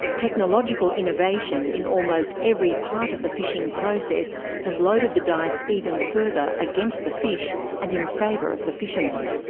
technological innovation in almost every part of the fishing process has loaded the dice even further against the fish and in favour of the fishermen.